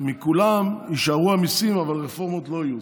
מכולם יישארו המיסים אבל רפורמות לא יהיו.